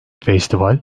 festival